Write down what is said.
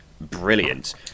brilliant